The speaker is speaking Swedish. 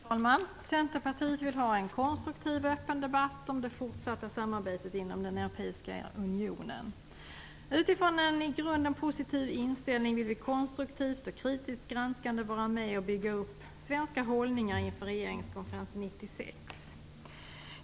Herr talman! Centerpartiet vill ha en konstruktiv och öppen debatt om det fortsatta samarbetet inom den europeiska unionen. Utifrån en i grunden positiv inställning vill vi konstruktivt och kritiskt granskande vara med och bygga upp svenska hållningar inför regeringskonferensen 1996.